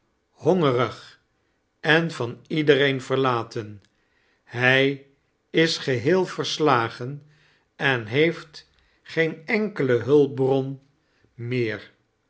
hongerig en van iedereen verlaten hij is gehcel vorslagen en heeft geen enkele hulpbron meer